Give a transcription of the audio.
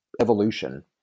evolution